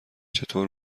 چطور